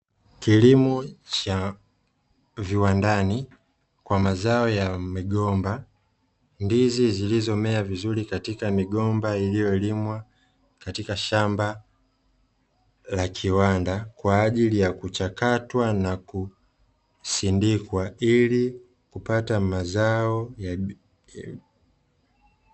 Kilimo cha viwanadani; kwa mazao ya migomba. Ndizi zilizomea vizuri katika migomba iliyolimwa katika shamba la kiwanda, kwa ajili ya kuchakatwa na kusindikwa, ili kupata mazao ya biashara.